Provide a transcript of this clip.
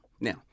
Now